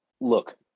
Look